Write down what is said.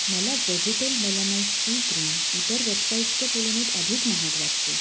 मला vegetal melanite C cream इतर वेबसाईट्सच्या तुलनेत अधिक महाग वाटते